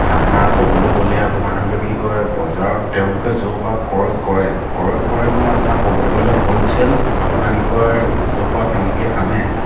আপোনাৰ ক'বলৈ গ'লে আপোনাৰ ধৰি লওক কি কয় বজাৰত তেওঁলোকে য'ৰ পৰা ক্ৰয় কৰে ক্ৰয় কৰে মানে আপোনাৰ ক'বলৈ গ'লে হ'লচেল আপোনাৰ কি কয় য'ৰ পৰা তেওঁলোকে আনে